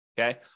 Okay